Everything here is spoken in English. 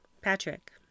Patrick